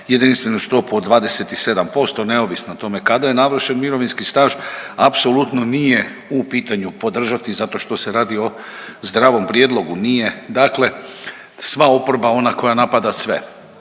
jedinstvenu stopu od 27% neovisno o tome kada je navršen mirovinski staž apsolutno nije u pitanju podržati zato što se radi o zdravom prijedlogu, nije dakle sva oporba ona koja napada sve.